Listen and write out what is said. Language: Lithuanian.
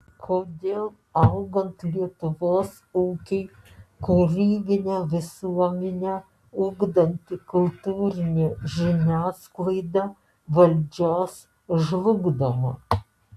kodėl augant lietuvos ūkiui kūrybinę visuomenę ugdanti kultūrinė žiniasklaida valdžios žlugdoma